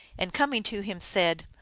and, coming to him, said,